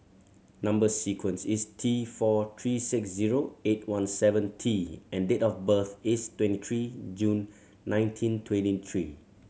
number sequence is T four three six zero eight one seven T and date of birth is twenty three June nineteen twenty three